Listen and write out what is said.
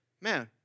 man